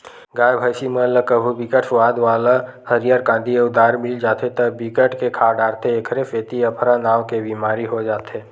गाय, भइसी मन ल कभू बिकट सुवाद वाला हरियर कांदी अउ दार मिल जाथे त बिकट के खा डारथे एखरे सेती अफरा नांव के बेमारी हो जाथे